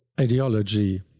ideology